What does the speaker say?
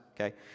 Okay